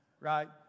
right